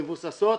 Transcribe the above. מבוססות,